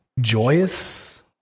joyous